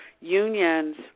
unions